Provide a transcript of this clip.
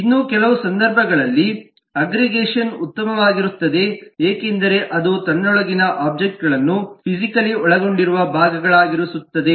ಇನ್ನು ಕೆಲವು ಸಂದರ್ಭಗಳಲ್ಲಿ ಅಗ್ಗ್ರಿಗೇಷನ್ ಉತ್ತಮವಾಗಿರುತ್ತದೆ ಏಕೆಂದರೆ ಅದು ತನ್ನೊಳಗಿನ ಒಬ್ಜೆಕ್ಟ್ಗಳನ್ನು ಫಿಸಿಕಲಿ ಒಳಗೊಂಡಿರುವ ಭಾಗಗಳಾಗಿರಿಸುತ್ತದೆ